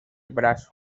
brazo